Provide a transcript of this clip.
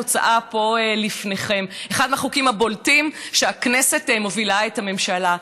התוצאה פה לפניכם: אחד החוקים הבולטים שהכנסת מובילה בו את הממשלה.